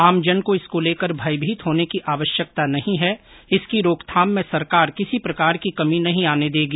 आमजन को इसको लेकर भयभीत होने की आवश्यकता नहीं है इसकी रोकथाम में सरकार किसी प्रकार की कमी नहीं आने देगी